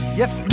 yes